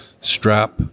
strap